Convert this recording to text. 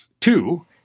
Two